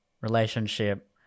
relationship